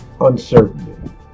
uncertainty